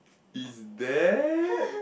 is there